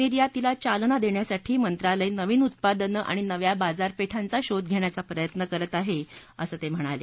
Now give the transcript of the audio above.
निर्यातीला चालना देण्यासाठी मंत्रालय नवीन उत्पादनं आणि नव्या बाजारपेठांचा शोध घेण्याचा प्रयत्न करत आहे असं ते म्हणाले